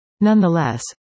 Nonetheless